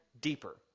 deeper